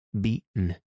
beaten